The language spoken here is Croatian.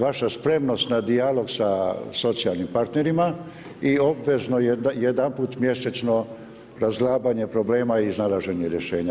Vaša spremnost na dijalog sa socijalnim partnerima i obvezno je jedanput mjesečno razglabanje problema i iznalaženje rješenja.